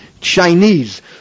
Chinese